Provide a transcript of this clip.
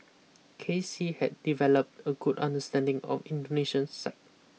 K C had developed a good understanding of Indonesian psyche